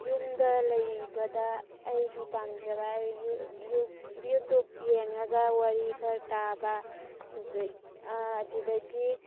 ꯌꯨꯝꯗ ꯂꯩꯕꯗ ꯑꯩꯒꯤ ꯄꯥꯝꯖꯕ ꯍꯥꯏꯔꯒ ꯌꯨꯇ꯭ꯌꯨꯞ ꯌꯦꯡꯉꯒ ꯋꯥꯔꯤ ꯈꯔ ꯇꯥꯕ ꯑꯗꯨꯗꯒꯤ